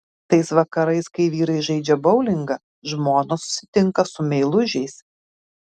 tais vakarais kai vyrai žaidžia boulingą žmonos susitinka su meilužiais